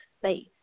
space